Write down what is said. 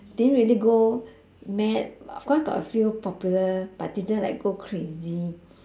didn't really go mad of course got a few popular but didn't like go crazy